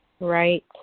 Right